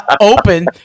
open